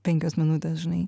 penkios minutės žinai